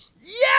Yes